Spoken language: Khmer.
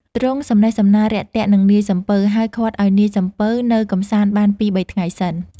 ទ្រង់ សំណេះសំណាលរាក់ទាក់នឹងនាយសំពៅ ហើយឃាត់ឲ្យនាយសំពៅនៅកម្សាន្តបានពីរ បីថ្ងៃសិន ។